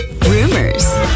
rumors